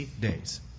days